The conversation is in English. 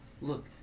look